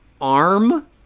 arm